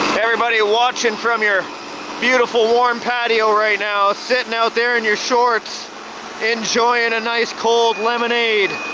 everybody watching from your beautiful, warm patio right now, sitting out there in your shorts enjoying a nice, cold lemonade,